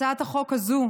הצעת החוק הזאת,